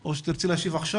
או אם תרצי להשיב עכשיו.